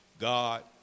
God